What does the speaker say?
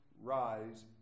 rise